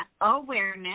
awareness